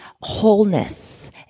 wholeness